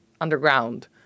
underground